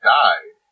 died